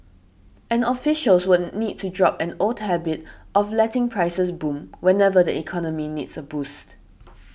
and officials would need to drop an old habit of letting prices boom whenever the economy needs a boost